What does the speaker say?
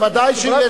ודאי שיש.